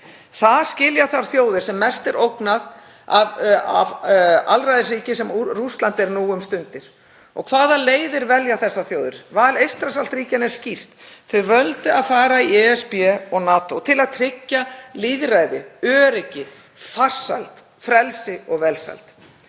Það skilja þær þjóðir sem mest er ógnað af því alræðisríki sem Rússland er nú um stundir Og hvaða leiðir velja þessar þjóðir? Val Eystrasaltsríkjanna er skýrt. Þau völdu að fara í ESB og NATO til að tryggja lýðræði, öryggi, farsæld, frelsi og velsæld.